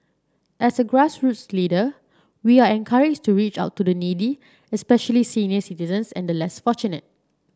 as a grassroots leader we are encouraged to reach out to the needy especially senior citizens and the less fortunate